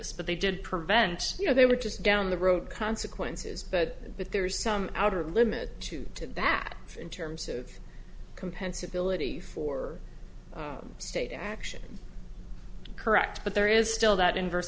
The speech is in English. was but they did prevent you know they were just down the road consequences but that there's some outer limit to that in terms of compensable ity for state action correct but there is still that inverse